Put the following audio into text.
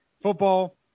football